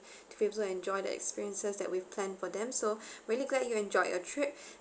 to be able to enjoy the experiences that we've planned for them so really glad you enjoyed your trip